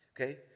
Okay